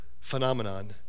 phenomenon